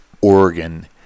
Oregon